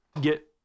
get